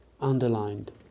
underlined